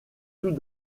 tout